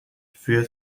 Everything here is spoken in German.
für